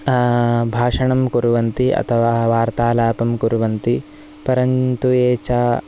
भाषणं कुर्वन्ति अथवा वार्तालापं कुर्वन्ति परन्तु ये च